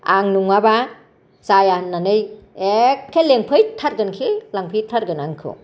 आं नङाबा जाया होननानै एखे लेंफै थारगोनखि लेंफैथारगोन आंखौ